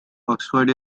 oxford